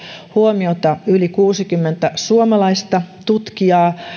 huomiota yli kuusikymmentä suomalaista tutkijaa